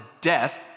death